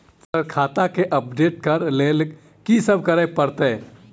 Sir खाता केँ update करऽ लेल की सब करै परतै?